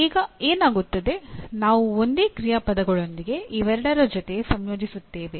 ಈಗ ಏನಾಗುತ್ತದೆ ನಾವು ಒಂದೇ ಕ್ರಿಯಾಪದಗಳೊಂದಿಗೆ ಇವೆರಡರ ಜೊತೆ ಸಂಯೋಜಿಸುತ್ತೇವೆ